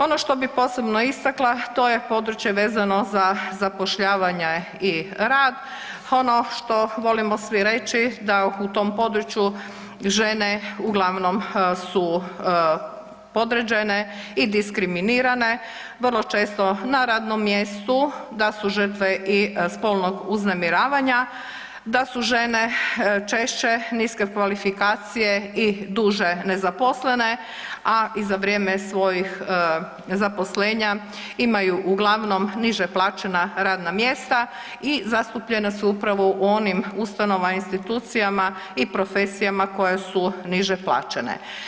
Ono što bi posebno istakla to je područje vezano za zapošljavanje i rad, ono što volimo svi reći da u tom području žene uglavnom su podređene i diskriminirane vrlo često na radnom mjestu da su žrtve i spolnog uznemiravanja, da su žene češće niske kvalifikacije i duže nezaposlene, a i za vrijeme svojih zaposlenja imaju uglavnom niže plaćena radna mjesta i zastupljene su upravo u onim ustanovama, institucijama i profesijama koja su niže plaćene.